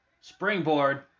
Springboard